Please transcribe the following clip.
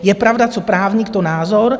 Je pravda, co právník, to názor.